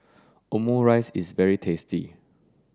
Omurice is very tasty